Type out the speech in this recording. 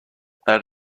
out